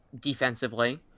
defensively